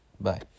Bye